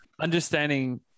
understanding